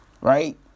Right